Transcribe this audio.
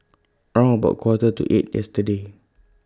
round about Quarter to eight yesterday